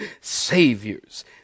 saviors